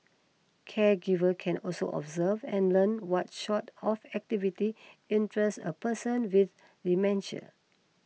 caregivers can also observe and learn what sort of activities interest a person with dementia